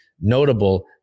Notable